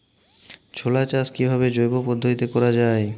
ছোলা চাষ কিভাবে জৈব পদ্ধতিতে করা যায়?